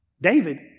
David